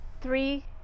three